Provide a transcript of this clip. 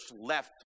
left